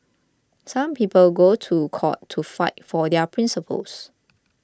some people go to court to fight for their principles